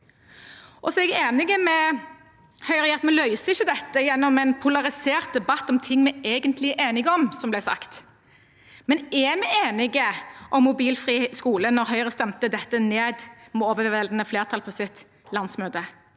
Jeg er enig med Høyre i at vi ikke løser dette gjennom en polarisert debatt om ting vi egentlig er enige om – som det ble sagt. Likevel: Er vi enige om en mobilfri skole når Høyre stemte dette ned med overveldende flertall på sitt landsmøte?